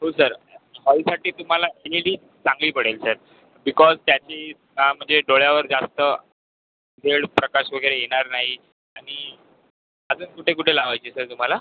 हो सर हॉलसाठी तुम्हाला एल ई डी चांगली पडेल सर बिकॉज त्याची सा म्हणजे डोळ्यावर जास्त वेळ प्रकाश वगैरे येणार नाही आणि अजून कुठे कुठे लावायचे सर तुम्हाला